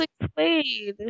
explain